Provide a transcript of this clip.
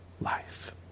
life